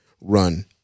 run